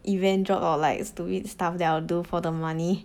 event job or like stupid stuff for the money